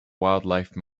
wildlife